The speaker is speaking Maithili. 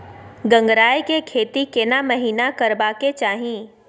गंगराय के खेती केना महिना करबा के चाही?